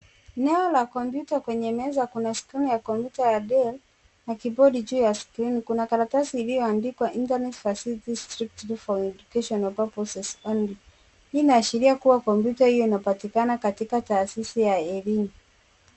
Eneo la kompyuta kwenye meza kuna skrini ya kompyuta ya Dell, na Keyboard juu ya screen . Kuna karatasi iliyoandikwa Internet Facilities Srictly For Educational Purposes Only. Hii inaashiria kuwa kompyuta hiyo inapatikana katika taasisi ya elimu.